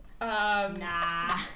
nah